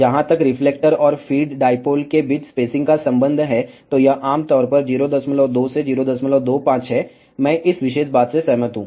जहाँ तक रिफ्लेक्टर और फ़ीड डाईपोल के बीच स्पेसिंग का संबंध है तो यह आमतौर पर 02 से 025 है मैं इस विशेष बात से सहमत हूं